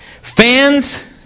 Fans